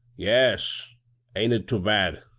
yes am't it too bad?